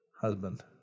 husband